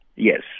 Yes